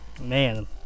Man